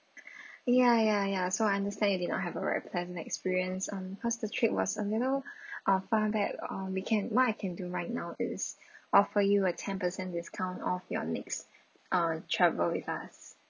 ya ya ya so I understand you did not have a experience um cause the trip was a little uh far back um we can what I can do right now is offer you a ten percent discount off your next uh travel with us